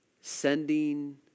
sending